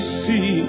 see